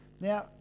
Now